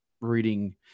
reading